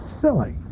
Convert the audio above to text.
silly